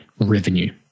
revenue